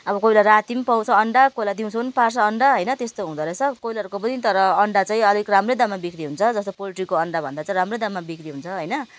अब कोही बेला राति पनि पार्छ अन्डा कोही बेला दिउँसो पनि पार्छ अन्डा होइन त्यस्तो हुँदो रहेछ कोइलरको पनि तर अन्डा चाहिँ अलिक राम्रो दाममा बिक्री हुन्छ जस्तो पोल्ट्रीको अन्डा भन्दा चाहिँ राम्रो दाममा बिक्री हुन्छ होइन